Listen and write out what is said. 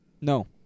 No